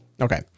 Okay